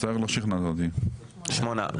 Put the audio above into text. שמונה.